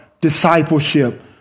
discipleship